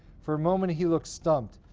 for a moment, he looked stumped.